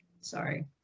sorry